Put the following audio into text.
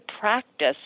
practice